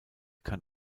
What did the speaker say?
kann